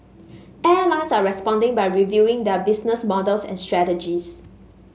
airlines are responding by reviewing their business models and strategies